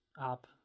up